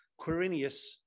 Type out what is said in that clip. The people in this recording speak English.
Quirinius